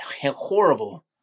horrible